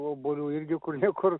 obuolių irgi kur ne kur